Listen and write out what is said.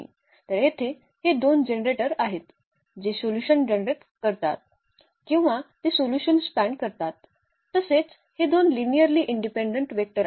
तर येथे हे दोन जनरेटर आहेत जे सोल्यूशन जनरेट करतात किंवा ते सोल्यूशन स्पॅन करतात तसेच हे दोन लिनियर्ली इनडिपेंडंट वेक्टर आहेत